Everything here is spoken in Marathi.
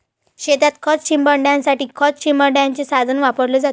शेतात खत शिंपडण्यासाठी खत शिंपडण्याचे साधन वापरले जाते